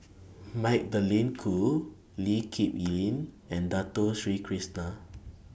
Magdalene Khoo Lee Kip Lin and Dato Sri Krishna